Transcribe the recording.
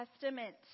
Testament